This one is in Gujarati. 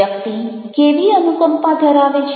વ્યક્તિ કેવી અનુકંપા ધરાવે છે